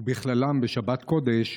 ובכללם שבת קודש,